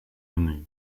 unu